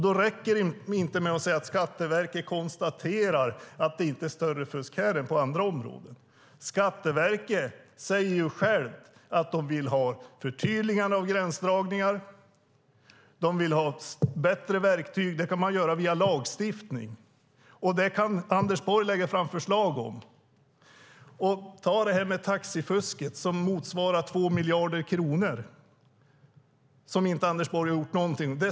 Då räcker det inte med att säga att Skatteverket konstaterar att det inte är mer fusk här än på andra områden. På Skatteverket säger man att man vill ha förtydliganden av gränsdragningar och bättre verktyg. Det kan man få via lagstiftning, och det kan Anders Borg lägga fram förslag om. Ta taxifusket. Det motsvarar 2 miljarder kronor, men Anders Borg har inte gjort någonting åt det.